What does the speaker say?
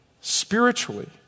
spiritually